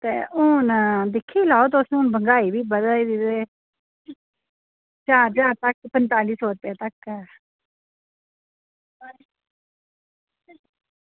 ते हून दिक्खी लैओ तुस मैहंगाई बी बधा दी ते चार ज्हार तक्क पंताली सौ रपेआ तक्क